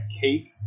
cake